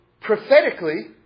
prophetically